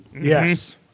Yes